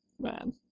Man